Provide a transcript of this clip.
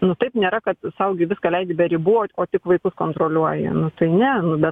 nu taip nėra kad sau gi viską leidi be ribų o o tik vaikus kontroliuoji nu tai ne nu bet